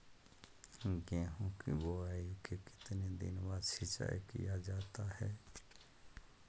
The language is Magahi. गेंहू की बोआई के कितने दिन बाद सिंचाई किया जाता है?